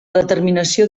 determinació